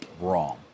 wrong